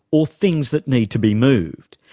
or things that need to be moved.